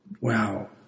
wow